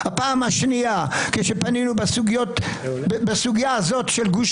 הפעם השנייה כשפנינו בסוגיה הזו של גוש